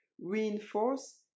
reinforce